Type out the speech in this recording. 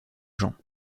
jean